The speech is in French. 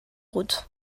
route